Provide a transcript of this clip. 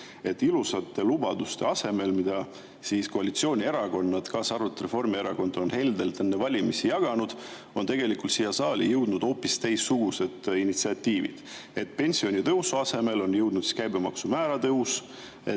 Ilusate lubaduste asemel, mida koalitsioonierakonnad, kaasa arvatud Reformierakond, on heldelt enne valimisi jaganud, on tegelikult siia saali jõudnud hoopis teistsugused initsiatiivid. Pensionitõusu asemele on tulnud käibemaksumäära tõus,